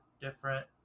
different